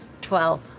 Twelve